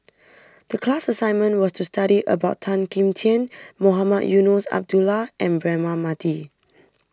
the class assignment was to study about Tan Kim Tian Mohamed Eunos Abdullah and Braema Mathi